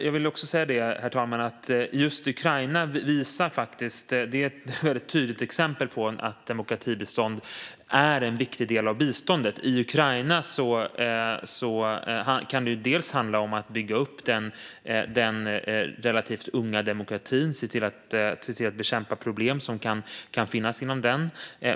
Jag vill också säga, herr talman, att just Ukraina är ett väldigt tydligt exempel på att demokratibistånd är en viktig del av biståndet. I Ukraina kan det handla om att bygga upp den relativt unga demokratin och se till att bekämpa problem som kan finnas inom den.